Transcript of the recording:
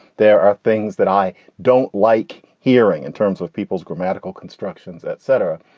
there are things that i don't like hearing in terms of people's grammatical constructions, et cetera.